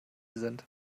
sind